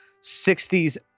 60s